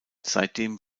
seitdem